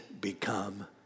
become